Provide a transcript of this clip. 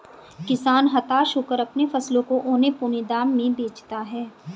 किसान हताश होकर अपने फसलों को औने पोने दाम में बेचता है